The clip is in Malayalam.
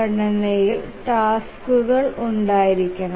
ഘടനയിൽ ടാസ്ക്കുകൾ ഉണ്ടായിരിക്കണം